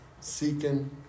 seeking